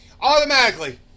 automatically